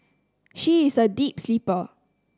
she is a deep sleeper